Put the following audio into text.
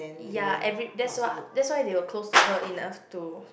ya every that's wh~ that's why they were close to her enough to